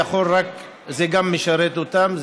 זה גם משרת אותם.